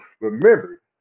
Remember